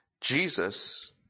Jesus